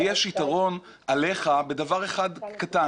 לי יש יתרון עליך בדבר אחד קטן,